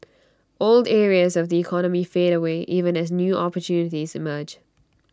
old areas of the economy fade away even as new opportunities emerge